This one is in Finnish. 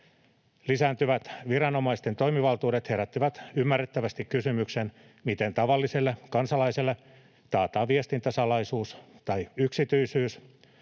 Lisääntyvät viranomaisten toimivaltuudet herättivät ymmärrettävästi kysymyksen, miten tavalliselle kansalaiselle taataan viestintäsalaisuus tai yksityisyys